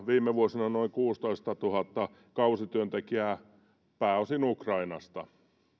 viime vuosina noin kuusitoistatuhatta kausityöntekijää pääosin ukrainasta